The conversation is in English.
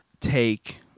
take